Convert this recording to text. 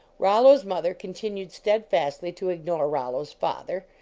rollo s mother continued steadfastly to ignore rollo s father,